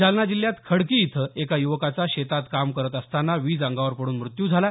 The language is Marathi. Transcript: जालना जिल्ह्यात खडकी इथं एका युवकाचा शेतात काम करत असतांना वीज अंगावर पडून मृत्यु झाला